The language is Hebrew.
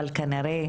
אבל כנראה,